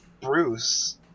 Bruce